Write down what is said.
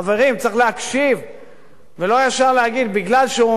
ולא ישר להגיד: מכיוון שהוא מותח ביקורת על הוד מעלתו,